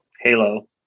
Halo